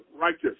righteous